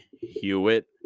Hewitt